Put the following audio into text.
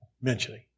mentioning